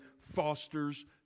fosters